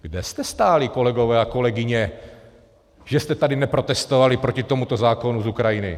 Kde jste stáli, kolegové a kolegyně, že jste tady neprotestovali proti tomuto zákonu z Ukrajiny?